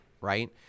right